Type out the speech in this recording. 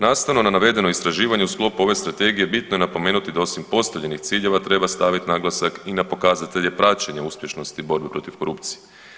Nastavno na navedeno istraživanje u sklopu ove strategije bitno je napomenuti da osim postavljenih ciljeva treba staviti naglasak i na pokazatelje praćenja uspješnosti borbe protiv korupcije.